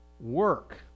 work